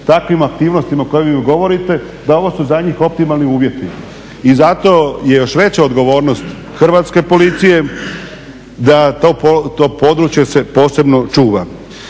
takvim aktivnostima o kojima vi govorite, da ovo su za njih optimalni uvjeti. I zato je još veća odgovornost Hrvatske policije da to područje se posebno čuva.